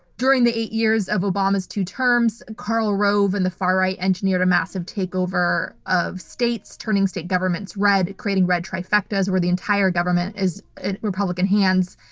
during the eight years of obama's two terms, karl rove and the far-right engineered a massive takeover of states turning state governments red, creating red trifectas trifectas where the entire government is in republican hands.